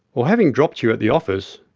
or having dropped you at the office,